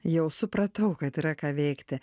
jau supratau kad yra ką veikti